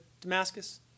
Damascus